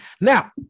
now